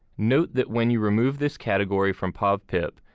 note that when you remove this category from povpip,